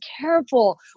careful